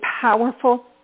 powerful